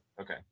Okay